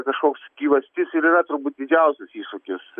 kažkoks gyvastis ir yra turbūt didžiausias iššūkis